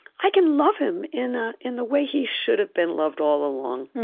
i can love him in ah in the way he should have been loved all along